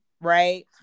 right